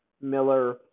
Miller